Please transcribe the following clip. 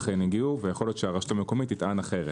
אכן הגיעו ויכול להיות שהרשות המקומית תטען אחרת.